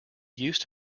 used